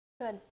Good